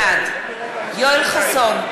בעד יואל חסון,